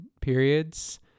periods